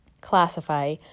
Classify